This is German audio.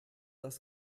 das